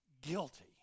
guilty